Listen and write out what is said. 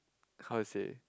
how to say